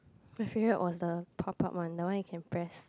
my favourite was the pop up one the one you can press